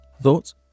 Thoughts